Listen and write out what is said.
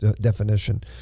definition